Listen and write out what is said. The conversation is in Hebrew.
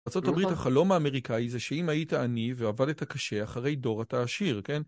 בארה״ב החלום האמריקאי זה שאם היית עני ועבדת קשה, אחרי דור אתה עשיר, כן?